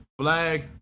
flag